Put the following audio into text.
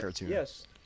Yes